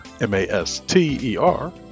M-A-S-T-E-R